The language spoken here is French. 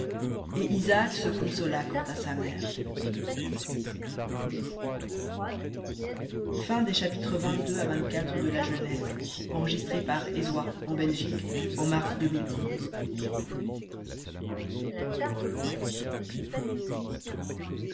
et isaac se consola quant à sa mère